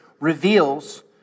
reveals